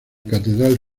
catedral